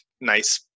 nice